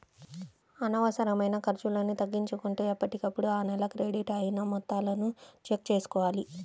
అనవసరమైన ఖర్చులను తగ్గించుకుంటూ ఎప్పటికప్పుడు ఆ నెల క్రెడిట్ అయిన మొత్తాలను చెక్ చేసుకోవాలి